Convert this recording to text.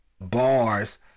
bars